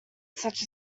such